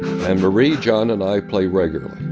and marie, john and i play regularly.